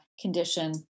condition